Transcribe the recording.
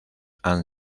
han